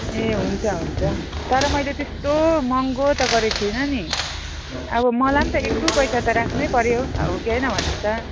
ए हुन्छ हुन्छ तर मैले त्यस्तो महँगो त गरेको छुइनँ नि अब मलाई पनि त एक दुई पैसा त राख्नै पर्यो अब हो कि होइन भन्नुहोस् त